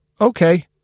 okay